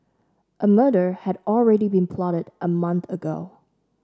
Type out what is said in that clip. a murder had already been plotted a month ago